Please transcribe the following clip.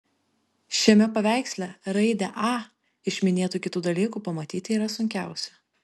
šiame paveiksle raidę a iš minėtų kitų dalykų pamatyti yra sunkiausia